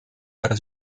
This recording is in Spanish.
para